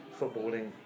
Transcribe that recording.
footballing